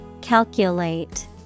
Calculate